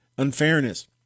Unfairness